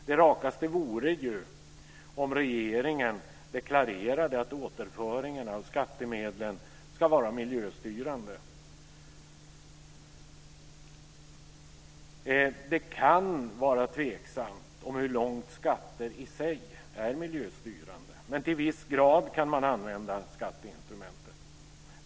Det rakaste vore ju om regeringen deklarerade att återföringen av skattemedlen ska vara miljöstyrande. Det kan vara tveksamt hur långt skatter i sig är miljöstyrande, men till viss grad kan man använda skatteinstrumentet.